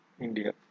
india